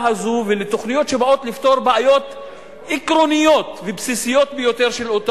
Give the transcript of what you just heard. הזו ולתוכניות שבאות לפתור בעיות עקרוניות ובסיסיות ביותר שלה,